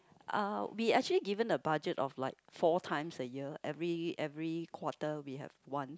uh we actually given a budget of like four times a year every every quarter we have one